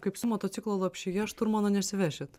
kaip su motociklu lopšyje šturmano nesivešit